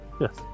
Yes